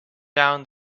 down